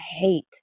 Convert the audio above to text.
hate